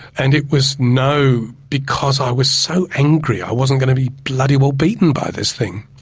and it was no because i was so angry, i wasn't going to be bloody well beaten by this thing.